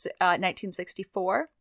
1964